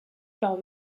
par